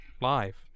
live